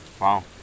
Wow